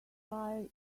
lie